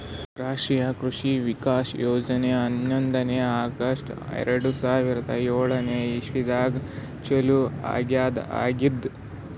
ರಾಷ್ಟ್ರೀಯ ಕೃಷಿ ವಿಕಾಸ್ ಯೋಜನೆ ಹನ್ನೊಂದನೇ ಆಗಸ್ಟ್ ಎರಡು ಸಾವಿರಾ ಏಳನೆ ಇಸ್ವಿದಾಗ ಚಾಲೂ ಆಗ್ಯಾದ ಆಗ್ಯದ್